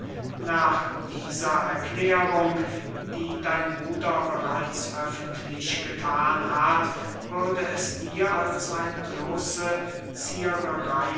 nach dieser erklärung die dein bruder bereits öffentlich gethan hat würde es dir als eine bloße ziererey